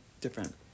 different